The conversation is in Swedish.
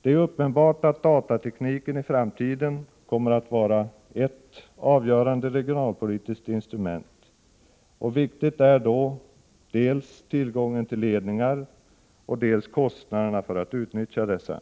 Det är uppenbart att datatekniken i framtiden kommer att vara ett avgörande regionalpolitiskt instrument. Viktigt är då dels tillgången till ledningar, dels kostnaderna för att utnyttja dessa.